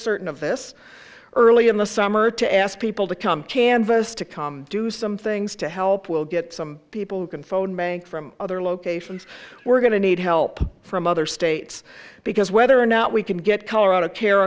certain of this early in the summer to ask people to come canvas to come do some things to help we'll get some people who can phone bank from other locations we're going to need help from other states because whether or not we can get colorado c